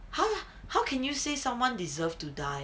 how how can you say someone deserved to die